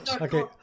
Okay